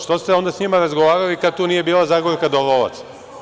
Što ste onda sa njima razgovarali kad tu nije bila Zagorka Dolovac?